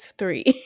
three